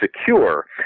secure